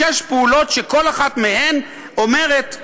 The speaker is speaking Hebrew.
שש פעולות שכל אחת מהן אומרת,